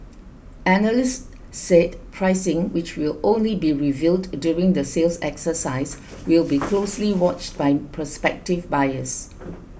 analysts said pricing which will only be revealed during the sales exercise will be closely watched by prospective buyers